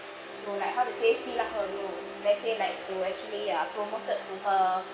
you like how to say fill up her role let's say like to actually uh promoted to her